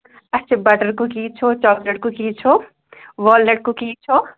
اَچھا butter cookies چھو chocolate cookies چھو والنَٹ کُکیٖز چھو